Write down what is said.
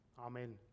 Amen